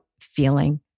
feeling